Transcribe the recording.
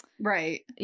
Right